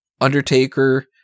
Undertaker